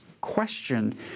question